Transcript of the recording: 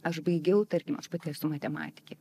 aš baigiau tarkim aš pati esu matematikė